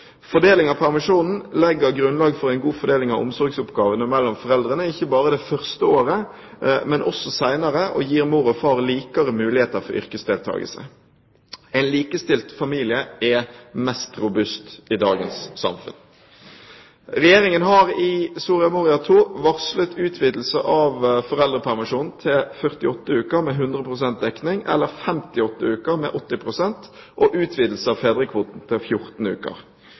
Fordeling av permisjonen legger grunnlag for en god fordeling av omsorgsoppgavene mellom foreldrene, ikke bare det første året, men også senere, og gir mor og far likere muligheter for yrkesdeltakelse. En likestilt familie er mest robust i dagens samfunn. Regjeringen har i Soria Moria II varslet utvidelse av foreldrepermisjonen til 48 uker med 100 pst. dekning eller 58 uker med 80 pst., og utvidelse av fedrekvoten til 14 uker.